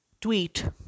tweet